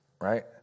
right